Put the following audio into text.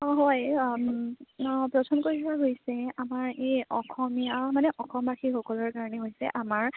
অঁ হয় অঁ অঁ পছন্দ কৰি থোৱা হৈছে আমাৰ এই অসমীয়া মানে অসমবাসীসকলৰ কাৰণে হৈছে আমাৰ